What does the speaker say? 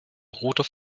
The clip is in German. roter